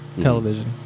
television